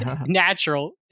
natural